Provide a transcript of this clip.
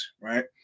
Right